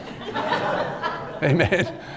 Amen